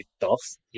dogs